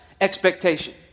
expectation